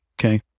okay